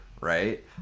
right